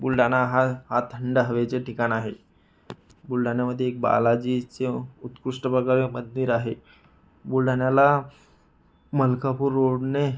बुलढाणा हा हा थंड हवेचे ठिकाण आहे बुलढाण्यामध्ये एक बालाजीचे उत्कृष्ट वगैरे मंदिर आहे बुलढाण्याला मलकापूर रोडने